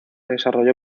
desarrolló